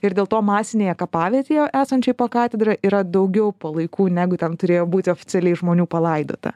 ir dėl to masinėje kapavietėje esančioj po katedra yra daugiau palaikų negu ten turėjo būti oficialiai žmonių palaidota